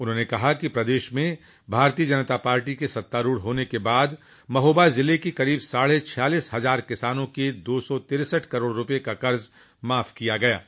उन्होंने कहा कि प्रदेश में भारतीय जनता पार्टी के सत्तारूढ़ होने के बाद महोबा ज़िले के करीब साढ़े छियालीस हज़ार किसानों के दो सौ तिरसठ करोड़ रूपये का क़र्ज़ माफ किया गया है